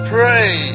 Pray